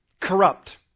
corrupt